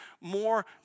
more